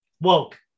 woke